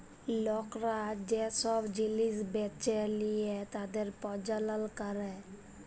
লকরা যে সব জিলিস বেঁচে লিয়ে তাদের প্রজ্বলল ক্যরে